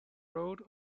road